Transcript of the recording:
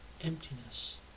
emptiness